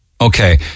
Okay